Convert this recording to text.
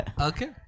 Okay